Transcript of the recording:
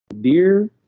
Dear